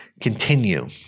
continue